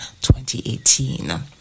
2018